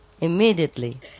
immediately